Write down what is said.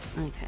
Okay